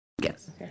yes